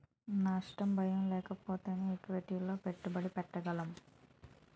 నష్ట భయం లేకపోతేనే ఈక్విటీలలో పెట్టుబడి పెట్టగలం